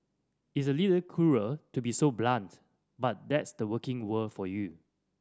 it's a little cruel to be so blunt but that's the working world for you